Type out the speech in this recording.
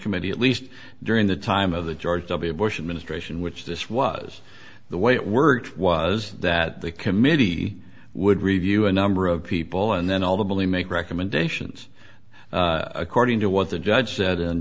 committee at least during the time of the george w bush administration which this was the way it worked was that the committee would review a number of people and then ultimately make recommendations according to what the judge said in